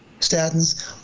Statins